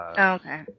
Okay